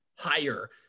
higher